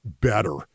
better